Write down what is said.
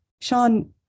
Sean